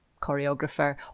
choreographer